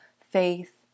faith